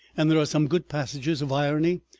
and there are some good passages of irony,